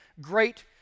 great